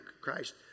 Christ